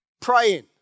Praying